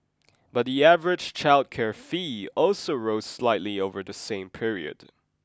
but the average childcare fee also rose slightly over the same period